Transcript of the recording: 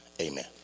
amen